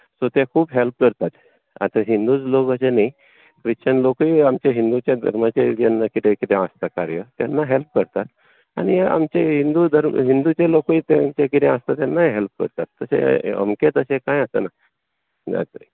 so ते खूब help करतात आतां हिंदूच लोक अशें न्ही क्रिश्चन लोकूय आमचें हिंदूचें धर्माचें जेन्ना कितें कितें आसता कार्य तेन्ना हॅल्प करतात आनी आमचे हिंदू धर्म हिंदूचे लोकूय तांचें कितें आसता तेन्नाय हॅल्प करतात तशें अमकेंच अशें कांय आसना हांगा तरी